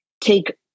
take